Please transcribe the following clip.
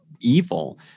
evil